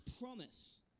promise